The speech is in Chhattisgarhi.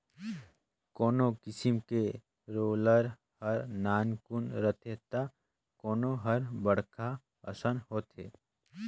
कोनो किसम के रोलर हर नानकुन रथे त कोनो हर बड़खा असन होथे